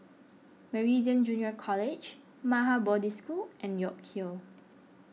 Meridian Junior College Maha Bodhi School and York Hill